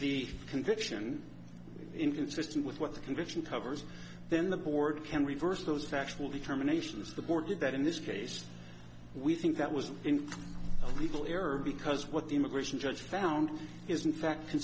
the conviction inconsistent with what the conviction covers then the board can reverse those factual determination is the board that in this case we think that was in legal error because what the immigration judge found is in fact